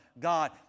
God